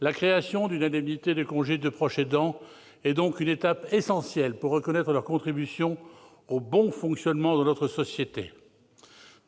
La création d'une indemnité associée au congé de proche aidant est donc une étape essentielle pour reconnaître leur contribution au bon fonctionnement de notre société.